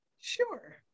Sure